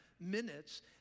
Minutes